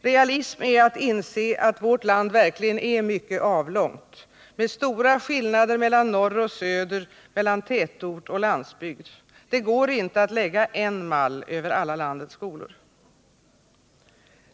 Realism är att inse att vårt land verkligen är mycket avlångt, med stora skillnader mellan norr och söder, mellan tätort och landsbygd. Det går inte att lägga en mall över alla landets skolor.